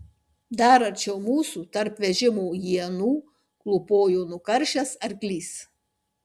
dar arčiau mūsų tarp vežimo ienų klūpojo nukaršęs arklys